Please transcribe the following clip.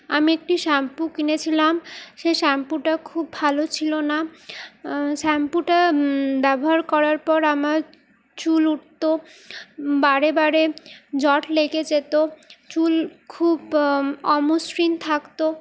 আমি একটি শ্যাম্পু কিনেছিলাম সেই শ্যাম্পুটা খুব ভালো ছিলো না শ্যাম্পুটা ব্যবহার করার পর আমার চুল উঠতো বারেবারে জট লেগে যেত চুল খুব অমসৃণ থাকত